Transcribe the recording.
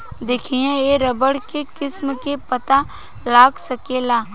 देखिए के रबड़ के किस्म के पता लगा सकेला